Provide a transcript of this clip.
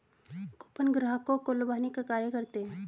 coupon ग्राहकों को लुभाने का कार्य करते हैं